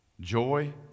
Joy